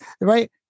right